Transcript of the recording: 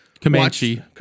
Comanche